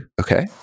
okay